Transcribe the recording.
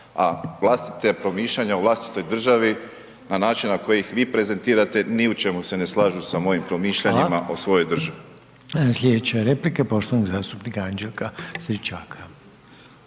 a vlastite promišljanja u vlastitoj državi na način na koji ih vi prezentirate, ni u čemu se ne slažu sa mojim promišljanjima…/Upadica: Hvala/…o svojoj državi. **Reiner, Željko (HDZ)** Slijedeće replike poštovanog zastupnika Anđelka Stričaka.